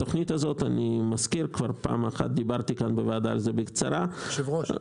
כזכור, דיברתי פעם כאן בוועדה בקצרה על זה.